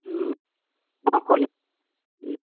অঁ অকলে